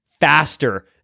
faster